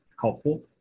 helpful